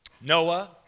Noah